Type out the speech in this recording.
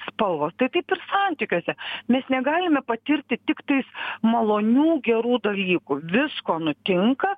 spalvos tai taip ir santykiuose mes negalime patirti tiktais malonių gerų dalykų visko nutinka